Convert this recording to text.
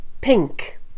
pink